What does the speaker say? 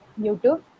YouTube